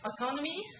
autonomy